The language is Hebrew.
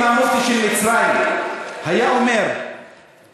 אם המופתי של מצרים היה אומר ככה: